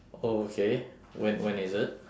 oh okay when when is it